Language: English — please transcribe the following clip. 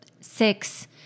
Six